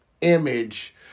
image